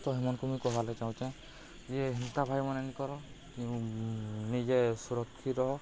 ତ ହେମାନ୍କୁ ମୁଇଁ କହେବାର୍ ଲାଗି ଚାହୁଁଚେଁ ଯେ ହେନ୍ତା ଭାଇମନେ ନିକର ନିଜେ ସୁରକ୍ଷିତ ରହ